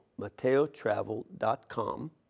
MateoTravel.com